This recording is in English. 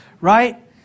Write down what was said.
right